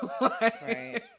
Right